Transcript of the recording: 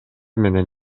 менен